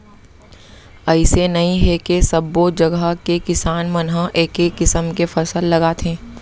अइसे नइ हे के सब्बो जघा के किसान मन ह एके किसम के फसल लगाथे